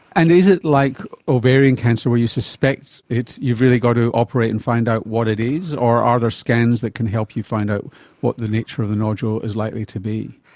and is it like ovarian cancer where if you suspect it you've really got to operate and find out what it is, or are there scans that can help you find out what the nature of the nodule is likely to be?